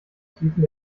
tiefen